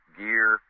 gear